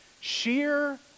Sheer